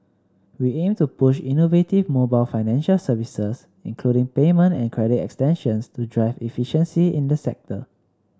we aim to push innovative mobile financial services including payment and credit extensions to drive efficiency in the sector